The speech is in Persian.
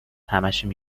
همشونو